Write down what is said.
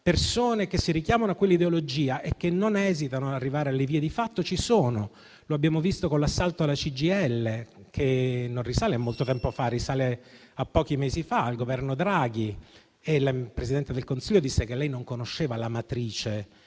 Persone che si richiamano a quell'ideologia e che non esitano ad arrivare alle vie di fatto ci sono (lo abbiamo visto con l'assalto alla CGIL, che non risale a molto tempo fa, ma a pochi mesi fa, al Governo Draghi). L'attuale Presidente del Consiglio disse di non conoscere la matrice